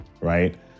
right